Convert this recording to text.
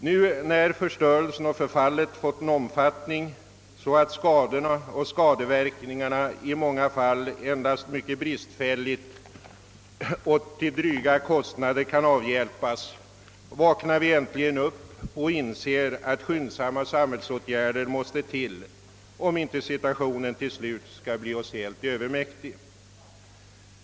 Nu när förstörelsen och förfallet fått sådan omfattning att skadorna och skadeverkningarna i många fall endast mycket bristfälligt och till dryga kostnader kan avhjälpas vaknar vi äntligen upp och inser att skyndsamma samhällsåtgärder måste till, om inte situationen till slut skall bli oss helt övermäktig.